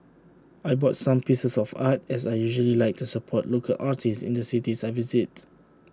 I bought some pieces of art as I usually like to support local artists in the cities I visit